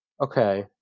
Okay